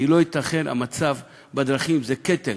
כי לא ייתכן, המצב בדרכים זה קטל.